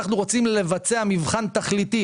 אנחנו רוצים לבצע מבחן תכליתי,